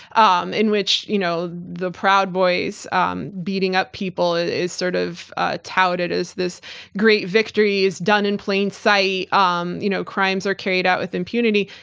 um in which you know the proud boys um beating up people is sort of ah touted as this great victory, is done in plain sight, um you know crimes are carried out with impunity.